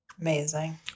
Amazing